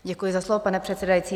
Děkuji za slovo, pane předsedající.